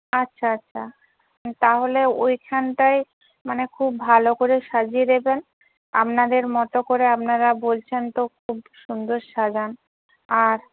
আচ্ছা আচ্ছা তাহলে ওইখানটায় মানে খুব ভালো করে সাজিয়ে দেবেন আপনাদের মতো করে আপনারা বলছেন তো খুব সুন্দর সাজান আর